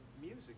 music